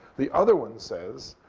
the other one says,